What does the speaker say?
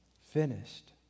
finished